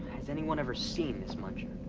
has anyone ever seen this muncher?